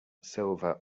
silver